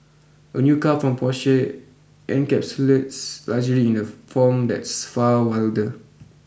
a new car from Porsche encapsulates luxury in a form that's far wilder